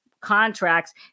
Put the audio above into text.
contracts